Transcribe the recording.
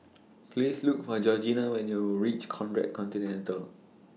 Please Look For Georgina when YOU REACH Conrad Centennial